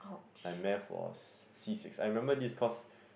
my Math was C six I remember this cause